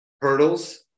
hurdles